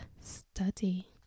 study